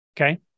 Okay